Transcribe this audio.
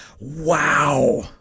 Wow